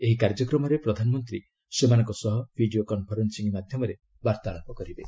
ଏହି କାର୍ଯ୍ୟକ୍ରମରେ ପ୍ରଧାନମନ୍ତ୍ରୀ ସେମାନଙ୍କ ସହ ଭିଡ଼ିଓ କନ୍ଫରେନ୍ଫିଂ ମାଧ୍ୟମରେ ବାର୍ତ୍ତାଳାପ କରିବେ